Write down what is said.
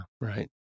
right